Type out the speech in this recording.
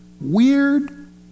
weird